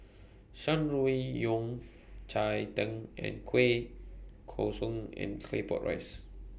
Shan Rui Yao Cai Tang and Kueh Kosui and Claypot Rice